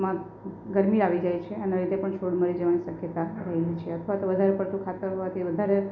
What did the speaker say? માં ગરમી આવી જાય છે એના લીધે પણ છોડ મરી જવાની શક્યતા રહેલી છે કારણ હોય છે અથવા તો વધારે પડતું ખાતર હોવાથી વધારે